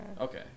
Okay